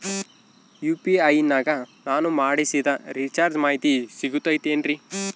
UPI ನಾಗ ನಾನು ಮಾಡಿಸಿದ ರಿಚಾರ್ಜ್ ಮಾಹಿತಿ ಸಿಗುತೈತೇನ್ರಿ?